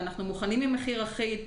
אנחנו מוכנים עם מחיר אחיד,